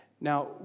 Now